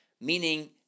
meaning